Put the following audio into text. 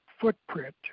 footprint